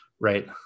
right